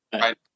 right